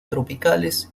tropicales